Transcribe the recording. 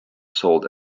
sold